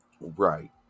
Right